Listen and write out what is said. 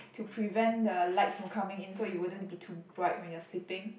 to prevent the lights from coming in so it wouldn't be too bright when you are sleeping